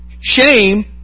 shame